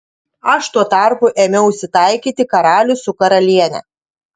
aš tuo tarpu ėmiausi taikyti karalių su karaliene